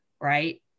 right